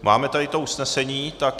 Máme tady to usnesení, tak...